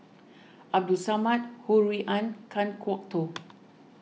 Abdul Samad Ho Rui An Kan Kwok Toh